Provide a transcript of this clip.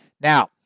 Now